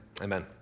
amen